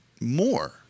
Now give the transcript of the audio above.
more